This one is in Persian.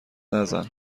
نزن